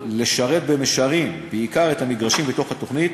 לשרת במישרין בעיקר את המגרשים בתוך התוכנית,